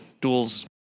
duels